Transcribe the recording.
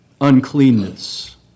uncleanness